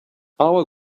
our